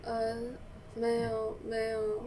err 没有没有